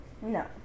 No